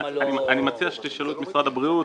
אני מציע שתשאלו את משרד הבריאות.